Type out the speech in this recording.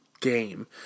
game